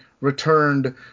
returned